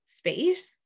Space